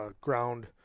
ground